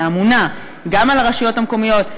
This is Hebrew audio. שאמונה גם על הרשויות המקומיות,